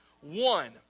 One